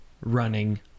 running